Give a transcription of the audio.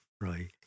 right